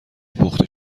پخته